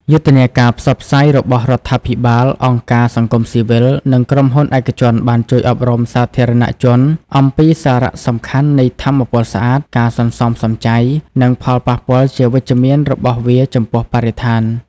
យុទ្ធនាការផ្សព្វផ្សាយរបស់រដ្ឋាភិបាល អង្គការសង្គមស៊ីវិល និងក្រុមហ៊ុនឯកជនបានជួយអប់រំសាធារណជនអំពីសារៈសំខាន់នៃថាមពលស្អាត ការសន្សំសំចៃ និងផលប៉ះពាល់ជាវិជ្ជមានរបស់វាចំពោះបរិស្ថាន។